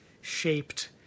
shaped